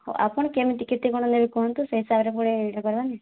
ହଉ ଆପଣ କେମିତି କେତେ କ'ଣ ନେବେ କୁହନ୍ତୁ ସେଇ ହିସାବରେ ପୁଣି ଇଏ କରିବା ନି